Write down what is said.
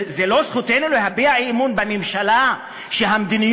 זה לא זכותנו להביע אי-אמון בממשלה שהמדיניות